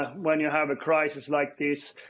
when you have a crisis like this.